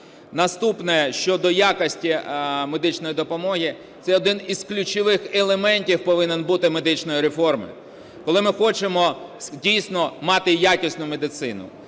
Наступне щодо якості медичної допомоги. Це один із ключових елементів повинен бути медичної реформи, коли ми хочемо дійсно мати якісну медицину.